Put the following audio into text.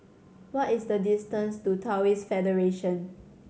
what is the distance to Taoist Federation